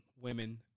women